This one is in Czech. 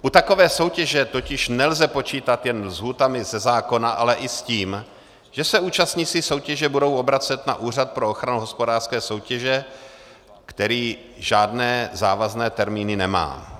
U takové soutěže totiž nelze počítat jen s lhůtami ze zákona, ale i s tím, že se účastníci soutěže budou obracet na Úřad pro ochranu hospodářské soutěže, který žádné závazné termíny nemá.